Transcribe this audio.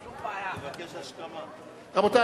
רבותי,